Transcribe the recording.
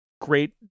great